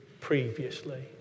previously